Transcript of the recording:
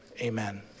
amen